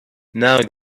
now